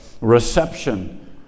reception